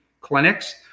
clinics